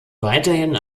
weiterhin